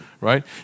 right